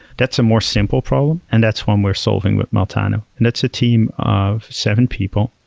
that's a more simple problem and that's one we're solving with meltano, and that's a team of seven people.